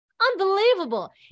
unbelievable